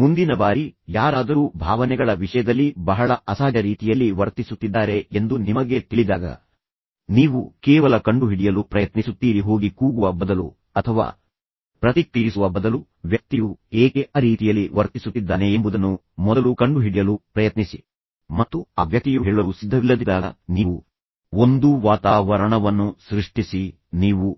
ಮುಂದಿನ ಬಾರಿ ಯಾರಾದರೂ ಭಾವನೆಗಳ ವಿಷಯದಲ್ಲಿ ಬಹಳ ಅಸಹಜ ರೀತಿಯಲ್ಲಿ ವರ್ತಿಸುತ್ತಿದ್ದಾರೆ ಎಂದು ನಿಮಗೆ ತಿಳಿದಾಗ ನೀವು ಕೇವಲ ಕಂಡುಹಿಡಿಯಲು ಪ್ರಯತ್ನಿಸುತ್ತೀರಿ ಹೋಗಿ ಕೂಗುವ ಬದಲು ಅಥವಾ ಪ್ರತಿಕ್ರಿಯಿಸುವ ಬದಲು ವ್ಯಕ್ತಿಯು ಏಕೆ ಆ ರೀತಿಯಲ್ಲಿ ವರ್ತಿಸುತ್ತಿದ್ದಾನೆ ಎಂಬುದನ್ನು ಮೊದಲು ಕಂಡುಹಿಡಿಯಲು ಪ್ರಯತ್ನಿಸಿ ಮತ್ತು ಆ ವ್ಯಕ್ತಿಯು ಹೇಳಲು ಸಿದ್ಧವಿಲ್ಲದಿದ್ದಾಗ ನೀವು ಒಂದು ವಾತಾವರಣವನ್ನು ಸೃಷ್ಟಿಸಿ ನೀವು